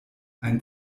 ein